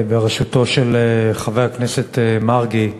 בראשות חבר הכנסת מרגי,